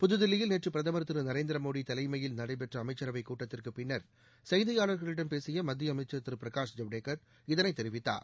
புதுதில்லியில் நேற்று பிரதமர் திரு நரேந்திர மோடி தலைமையில் நடைபெற்ற அமைச்சரவைக் கூட்டத்திற்குப் பின்னர் செய்தியாளர்களிடம் பேசிய மத்திய அமைச்சர் திரு பிரகாஷ் ஜவ்டேக்கர் இதனைத் தெரிவித்தார்